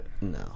No